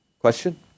Question